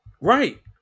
Right